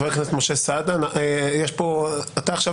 חבר הכנסת משה סעדה, אתה עכשיו